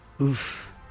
Oof